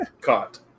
Caught